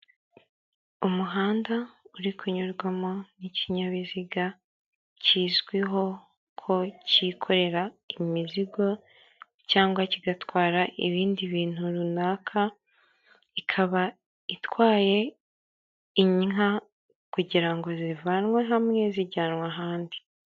Umuhanda uri kunyurwamo n'ikinyabiziga kizwiho ko cyikorera imizigo cyangwa kigatwara ibindi bintu runaka, ikaba itwaye inka kugira ngo zivanwe hamwe zijyanwa ahandi.